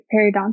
periodontal